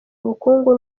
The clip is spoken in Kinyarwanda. ubukungu